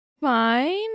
fine